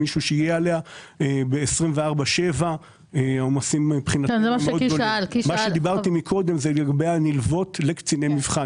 מישהו שיהיה עליה 24/7. קודם דיברתי על נלוות לקציני מבחן.